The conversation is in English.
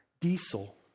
diesel